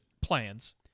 plans